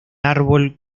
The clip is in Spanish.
árbol